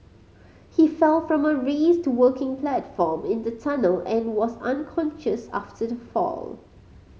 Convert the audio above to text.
he fell from a raised working platform in the tunnel and was unconscious after the fall